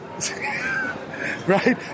Right